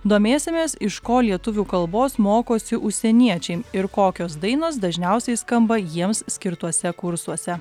domėsimės iš ko lietuvių kalbos mokosi užsieniečiai ir kokios dainos dažniausiai skamba jiems skirtuose kursuose